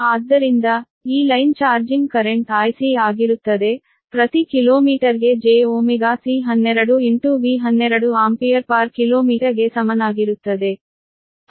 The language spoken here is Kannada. ಆದ್ದರಿಂದ ಈ ಲೈನ್ ಚಾರ್ಜಿಂಗ್ ಕರೆಂಟ್ IC ಆಗಿರುತ್ತದೆ ಪ್ರತಿ ಕಿಲೋಮೀಟರ್ಗೆ jωC12your V12 ಆಂಪಿಯರ್km ಗೆ ಸಮನಾಗಿರುತ್ತದೆ